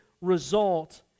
result